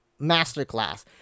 masterclass